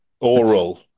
Oral